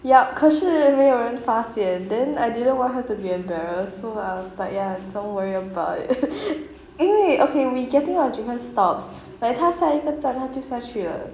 yup 可是没有人发现 then I didn't want her to be embarrassed so I was like ya don't worry about it 因为 okay we getting off three more stops like 她下一个站她就下去了